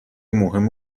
مهم